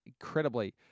incredibly